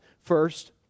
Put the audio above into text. first